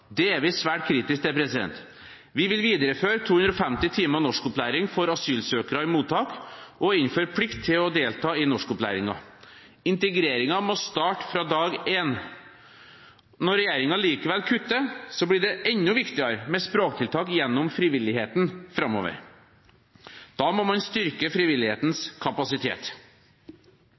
Det er vi svært kritiske til. Vi vil videreføre 250 timer norskopplæring for asylsøkere i mottak og innføre plikt til å delta i norskopplæringen. Integreringen må starte fra dag én. Når regjeringen likevel kutter, blir det enda viktigere med språktiltak gjennom frivilligheten framover. Da må man styrke frivillighetens kapasitet.